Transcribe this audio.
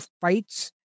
fights